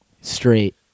straight